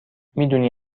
میدونی